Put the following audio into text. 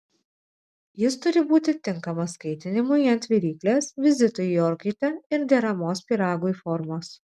jis turi būti tinkamas kaitinimui ant viryklės vizitui į orkaitę ir deramos pyragui formos